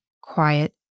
quiet